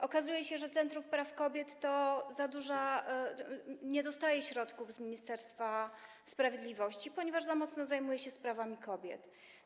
Okazuje się, że Centrum Praw Kobiet nie dostaje środków z Ministerstwa Sprawiedliwości, ponieważ za mocno zajmuje się sprawami kobiet.